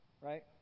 Right